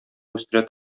үстерә